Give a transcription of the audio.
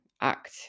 act